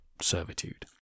servitude